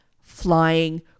flying